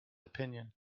opinion